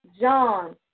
John